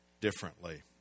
differently